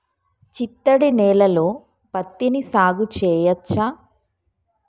చిత్తడి నేలలో పత్తిని సాగు చేయచ్చా?